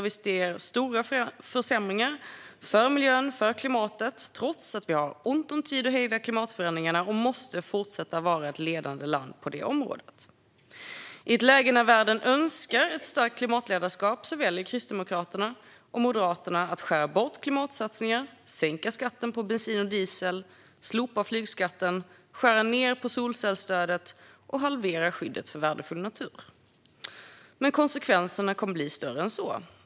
Vi ser stora försämringar för miljön och klimatet trots att vi har ont om tid för att hejda klimatförändringarna och måste fortsätta vara ett ledande land på det området. I ett läge när världen önskar ett starkt klimatledarskap väljer Kristdemokraterna och Moderaterna att skära bort klimatsatsningar, sänka skatten på bensin och diesel, slopa flygskatten, skära ned på solcellsstödet och halvera skyddet av värdefull natur. Men konsekvenserna kommer att bli större än så.